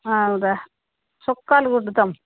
అవును రా చొక్కాలు కుడతాం